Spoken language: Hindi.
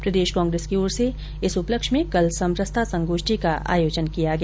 प्रदेश कांग्रेस की ओर से इस उपलक्ष्य में कल समरसता संगोष्ठी का आयोजन किया गया